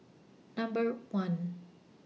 Number one